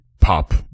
pop